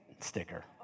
sticker